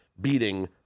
beating